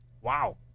wow